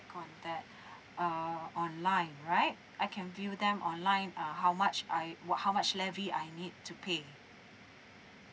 on that uh online right I can view them online uh how much I well how much levy I need to pay